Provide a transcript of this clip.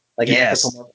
yes